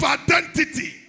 identity